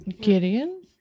Gideon